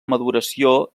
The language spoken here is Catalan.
maduració